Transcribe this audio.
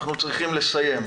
אנחנו צריכים לסיים.